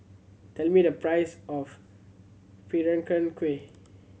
tell me the price of Peranakan Kueh